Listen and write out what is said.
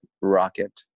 rocket